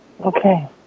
Okay